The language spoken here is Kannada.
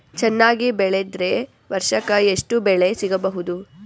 ಚೆನ್ನಾಗಿ ಬೆಳೆದ್ರೆ ವರ್ಷಕ ಎಷ್ಟು ಬೆಳೆ ಸಿಗಬಹುದು?